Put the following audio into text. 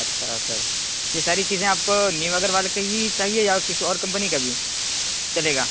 اچھا سر یہ ساری چیزیں آپ کو نیو اگروال کی ہی چاہیے یا کسی اور کمپنی کا بھی چلے گا